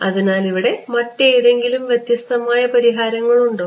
അതിനാൽ ഇവിടെ മറ്റേതെങ്കിലും വ്യത്യസ്തമായ പരിഹാരങ്ങൾ ഉണ്ടോ